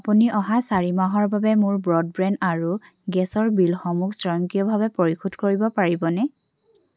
আপুনি অহা চাৰি মাহৰ বাবে মোৰ ব্ৰডবেণ্ড আৰু গেছৰ বিলসমূহ স্বয়ংক্ৰিয়ভাৱে পৰিশোধ কৰিব পাৰিবনে